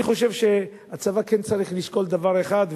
אני חושב שהצבא צריך לשקול דבר אחד,